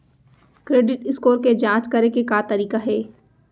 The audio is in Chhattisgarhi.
क्रेडिट स्कोर के जाँच करे के का तरीका हे?